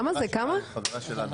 כמה אנחנו?